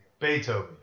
Beethoven